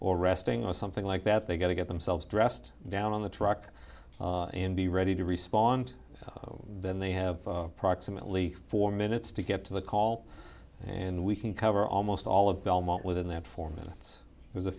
or resting or something like that they got to get themselves dressed down on the truck and be ready to respond then they have approximately four minutes to get to the call and we can cover almost all of belmont within that four minutes